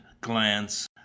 glance